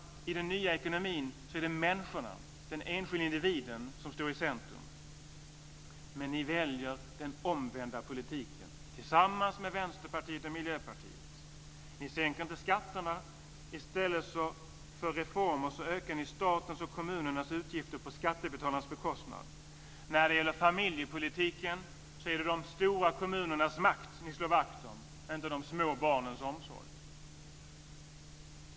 I den nya ekonomin är det människorna, den enskilde individen, som står i centrum. Men ni väljer den omvända politiken, tillsammans med Vänsterpartiet och Miljöpartiet. Ni sänker inte skatterna. I stället för reformer ökar ni statens och kommunernas utgifter på skattebetalarnas bekostnad. När det gäller familjepolitiken är det de stora kommunernas makt ni slår vakt om, inte de små barnens omsorg.